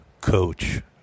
Coach